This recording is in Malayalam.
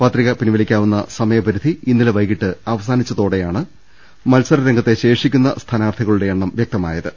പത്രിക പിൻവലിക്കാവുന്ന സമയപരിധി ഇന്നലെ വൈകീട്ട് അവസാനിച്ചതോടെയാണ് മത്സരരംഗത്തെ ശേഷിക്കുന്ന സ്ഥാനാർത്ഥിക ളുടെ എണ്ണം വൃക്തമായത്